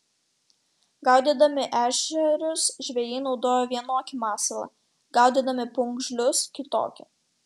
gaudydami ešerius žvejai naudoja vienokį masalą gaudydami pūgžlius kitokį